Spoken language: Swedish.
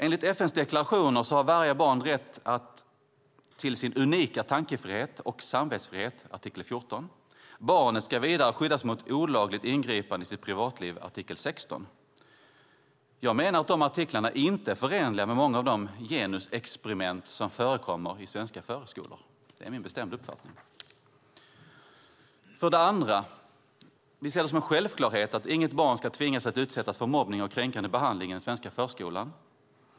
Enligt FN:s deklarationer har varje barn rätt till sin unika tankefrihet och samvetsfrihet - artikel 14. Barnet ska vidare skyddas mot olagligt ingripande i sitt privatliv - artikel 16. Dessa artiklar är inte förenliga med många av de genusexperiment som förekommer i svenska förskolor; det är min bestämda uppfattning. För det andra: Vi ser det som en självklarhet att inget barn ska tvingas utsätta sig för mobbning och kränkande behandling i den svenska förskolan.